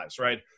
right